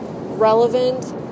relevant